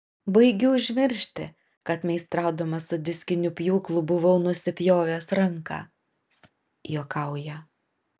baigiu užmiršti kad meistraudamas su diskiniu pjūklu buvau nusipjovęs ranką juokauja